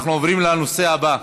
אנחנו עוברים לנושא הבא.